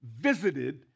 visited